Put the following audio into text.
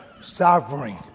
sovereign